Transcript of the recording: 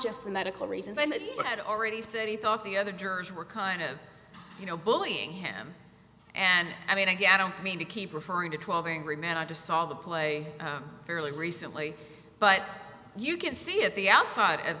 just for medical reasons i had already said he thought the other jurors were kind of you know bullying him and i mean again i don't mean to keep referring to twelve angry men i just saw the play fairly recently but you can see at the outside of